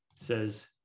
says